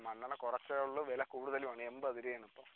മണ്ണെണ്ണ കുറച്ചേ ഉള്ളു വില കൂടുതലുവാണ് എൺപത് രൂപയാണിപ്പം